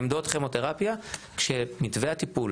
עמדות כימותרפיה כשמתווה הטיפול